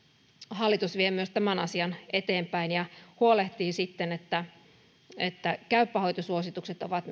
hallitus vie myös tämän asian eteenpäin ja huolehtii sitten että että myös käypä hoito suositukset ovat